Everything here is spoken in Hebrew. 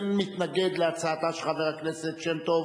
אין מתנגד להצעתה של חברת הכנסת שמטוב,